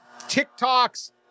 TikToks